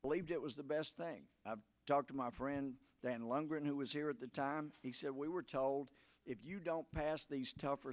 believed it was the best thing i've talked to my friend dan lungren who was here at the time he said we were told if you don't pass these tougher